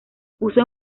puso